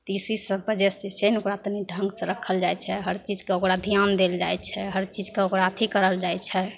तऽ इसी सब वजहसे छै ने ओकरा तनि ढङ्गसे राखल जाइ छै हर चीजके ओकरा धिआन देल जाइ छै हर चीजके ओकरा अथी करल जाइ छै